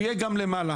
ויהיה גם למעלה.